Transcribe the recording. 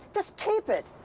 just keep it.